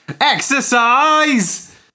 Exercise